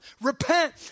Repent